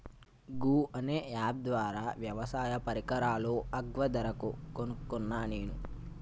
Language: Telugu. గూ అనే అప్ ద్వారా వ్యవసాయ పరికరాలు అగ్వ ధరకు కొనుకున్న నేను